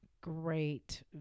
great